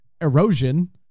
erosion